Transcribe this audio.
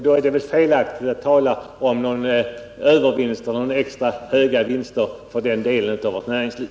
Då är det väl felaktigt att tala om övervinster och extra höga vinster för den delen av vårt näringsliv.